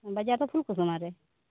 ᱵᱟᱡᱟᱨ ᱫᱚ ᱯᱷᱩᱞᱠᱩᱥᱢᱟ ᱨᱮ